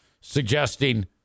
suggesting